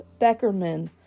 Beckerman